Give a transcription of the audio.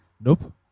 nope